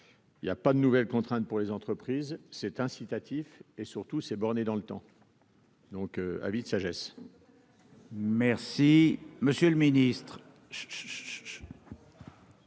il y a pas de nouvelles contraintes pour les entreprises cet incitatif et surtout s'est borné dans le temps. Donc, avis de sagesse. Merci, monsieur le Ministre.